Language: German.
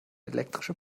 elektrische